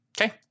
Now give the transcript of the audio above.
Okay